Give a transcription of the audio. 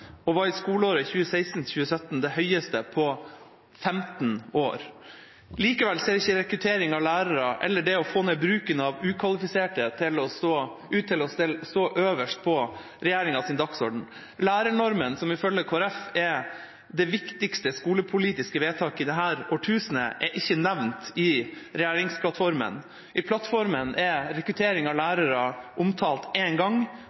og var i skoleåret 2016–2017 den høyeste på 15 år. Likevel ser ikke rekruttering av lærere eller det å få ned bruken av ukvalifiserte ut til å stå øverst på regjeringas dagsorden. Lærernormen, som ifølge Kristelig Folkeparti er det viktigste skolepolitiske vedtaket i dette årtusenet, er ikke nevnt i regjeringsplattformen. I plattformen er rekruttering av lærere omtalt én gang,